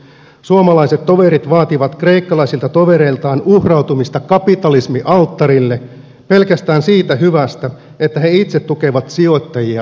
suomalaiset toverit vaativat kreikkalaisilta tovereiltaan uhrautumista kapitalismin alttarille pelkästään siitä hyvästä että he itse tukevat sijoittajia ja pankkeja